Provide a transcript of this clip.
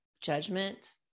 judgment